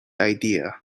idea